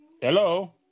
Hello